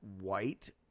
white